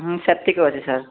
ସେତିକି ଅଛି ସାର୍